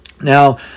Now